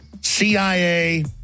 CIA